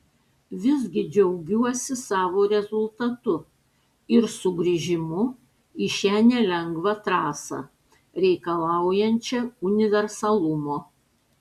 visgi džiaugiuosi savo rezultatu ir sugrįžimu į šią nelengvą trasą reikalaujančią universalumo